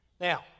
Now